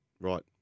Right